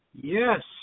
Yes